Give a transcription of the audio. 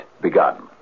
begun